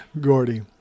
Gordy